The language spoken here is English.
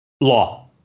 Law